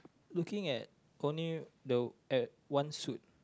looking at corner the at one suit